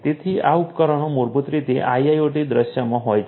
તેથી આ ઉપકરણો મૂળભૂત રીતે આઈઆઈઓટી દૃશ્યમાં હોય છે